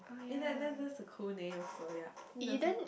Eden that's that's a cool name so yea